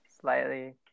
Slightly